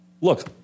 look